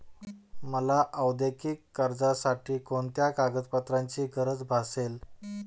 मला औद्योगिक कर्जासाठी कोणत्या कागदपत्रांची गरज भासेल?